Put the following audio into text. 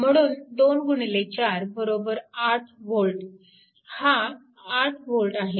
म्हणून 24 बरोबर 8V हा 8V आहे